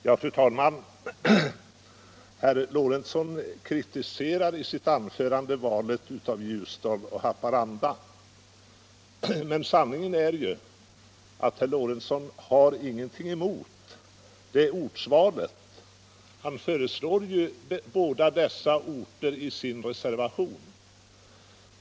Fru talman! Herr Lorentzon kritiserade i sitt anförande valet av Ljusdal och Haparanda. Men sanningen är ju att herr Lorentzon har instämt i det ortsvalet — han föreslår nämligen båda dessa orter i sin reservation.